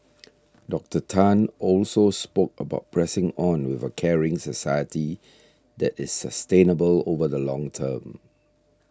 Doctor Tan also spoke about pressing on with a caring society that is sustainable over the long term